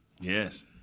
yes